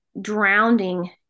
drowning